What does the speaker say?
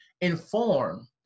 inform